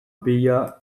pila